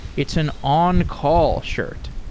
it's an on-call shirt.